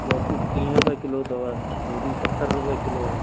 लोकी टीह रुपिए किलो अथव तूरियूं सतरि रुपिए किलो